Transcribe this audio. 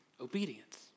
Obedience